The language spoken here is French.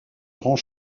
grands